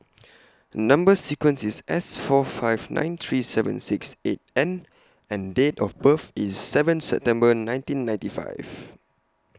Number sequence IS S four five nine three seven six eight N and Date of birth IS seven September nineteen ninety five